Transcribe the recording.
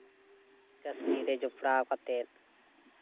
ᱠᱟᱹᱢᱤᱼᱠᱟᱹᱥᱱᱤ ᱨᱮ ᱡᱚᱯᱲᱟᱣ ᱠᱟᱛᱮᱫ